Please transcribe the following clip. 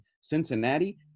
Cincinnati